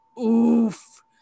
oof